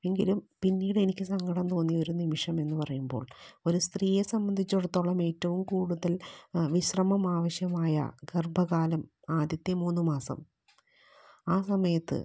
എങ്കിലും പിന്നീട് എനിക്ക് സങ്കടം തോന്നിയൊരു നിമിഷം എന്ന് പറയുമ്പോൾ ഒരു സ്ത്രീയെ സംബധിച്ചിടത്തോളം ഏറ്റോം കൂടുതൽ വിശ്രമം ആവിശ്യമായ ഗർഭകാലം ആദ്യത്തെ മൂന്ന് മാസം ആ സമയത്ത്